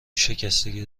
شکستگی